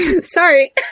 sorry